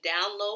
download